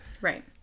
Right